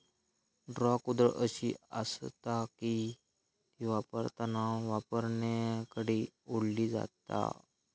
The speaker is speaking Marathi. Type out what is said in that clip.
ड्रॉ कुदळ अशी आसता की ती वापरताना वापरणाऱ्याकडे ओढली जाता